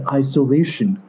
isolation